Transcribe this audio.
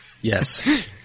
yes